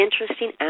interesting